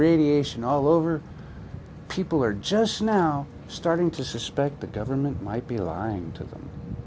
radiation all over people are just now starting to suspect the government might be lying to them